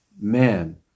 man